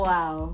Wow